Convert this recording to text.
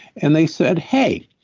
and they said, hey,